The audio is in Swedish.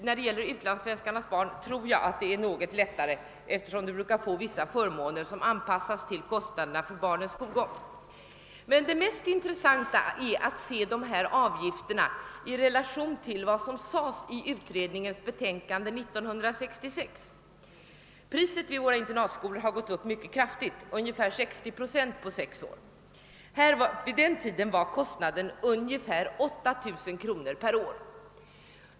När det gäller utlandssvenskarnas barn kan det vara något lättare att göra det, eftersom föräldrarna brukar få vissa förmåner som anpassas till kostnaderna för barnens skolgång. Det mest intressanta är emellertid att se dessa avgifter i relation till vad som sades i utredningens betänkande år 1966. Avgifterna vid våra internatskolor har gått upp mycket kraftigt, med ungefär 60 procent på sex år. För sex år sedan var kostnaden ungefär 8 000 kronor per år.